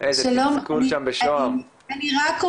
וגם אנחנו יש לנו אחים, ואני דואגת